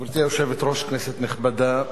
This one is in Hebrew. גברתי היושבת-ראש, כנסת נכבדה,